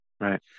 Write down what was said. right